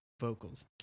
vocals